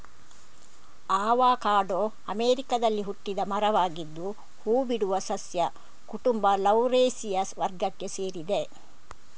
avocado ಅಮೆರಿಕಾದಲ್ಲಿ ಹುಟ್ಟಿದ ಮರವಾಗಿದ್ದು ಹೂ ಬಿಡುವ ಸಸ್ಯ ಕುಟುಂಬ ಲೌರೇಸಿಯ ವರ್ಗಕ್ಕೆ ಸೇರಿದೆ